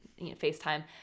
FaceTime